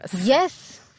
Yes